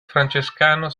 francescano